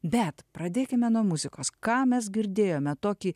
bet pradėkime nuo muzikos ką mes girdėjome tokį